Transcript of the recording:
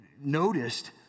noticed